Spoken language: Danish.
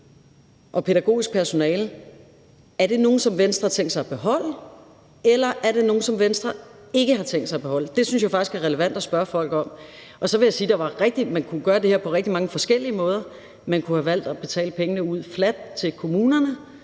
at spørge: Er det nogle, som Venstre har tænkt sig at beholde, eller er det nogle, som Venstre ikke har tænkt sig at beholde? Det synes jeg faktisk er relevant at spørge om. Så vil jeg sige: Man kunne gøre det her på mange forskellige måder. Man kunne have valgt at betale pengene ud fladt til kommunerne,